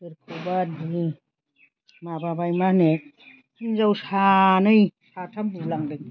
सोरखौबा बुनो माबाबाय माहोनो हिनजाव सानै साथाम बुलांदों